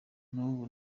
n’ubu